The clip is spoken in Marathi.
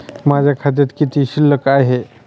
माझ्या खात्यात किती शिल्लक आहे?